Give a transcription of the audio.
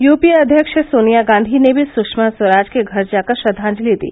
UPA अध्यक्ष सोनिया गांधी ने भी सुषमा स्वराज के घर जाकर श्रद्वांजलि दी